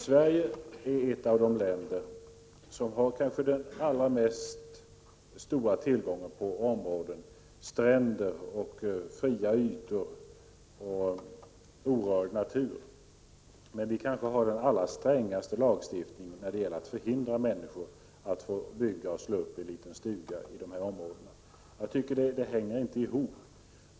Sverige är ett av de länder som har den allra största tillgången på områden som stränder, fria ytor och orörd natur, men vi har den kanske strängaste lagstiftningen när det gäller att förhindra människor att bygga och slå upp en liten stuga i dessa områden. Det hänger inte ihop.